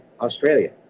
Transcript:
Australia